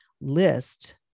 list